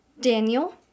Daniel